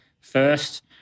first